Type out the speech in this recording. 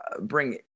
bring